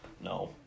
no